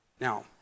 Now